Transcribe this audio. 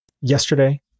yesterday